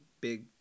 big